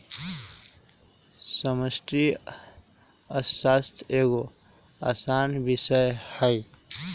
समष्टि अर्थशास्त्र एगो असान विषय हइ